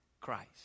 Christ